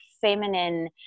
feminine